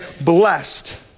blessed